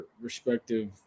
respective